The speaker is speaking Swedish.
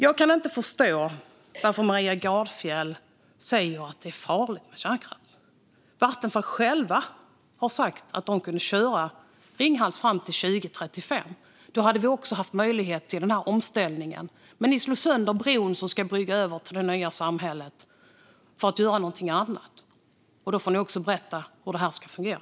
Jag kan inte förstå varför Maria Gardfjell säger att det är farligt med kärnkraft. Vattenfall själva har sagt att de kunde köra Ringhals fram till 2035. Då hade vi också haft möjlighet till denna omställning. Men ni slog sönder bron som skulle brygga över till det nya samhället för att göra någonting annat. Då får ni också berätta hur det ska fungera.